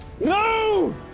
No